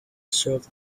served